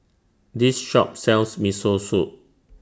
This Shop sells Miso Soup